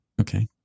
Okay